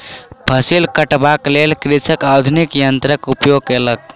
फसिल कटबाक लेल कृषक आधुनिक यन्त्रक उपयोग केलक